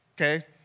okay